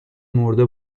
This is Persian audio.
مرده